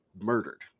murdered